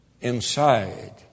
Inside